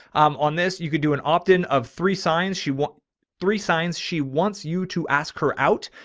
i'm on this. you could do an opt in of three signs. she wants three signs. she wants you to ask her out,